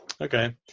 Okay